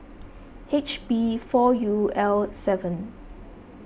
H B four U L seven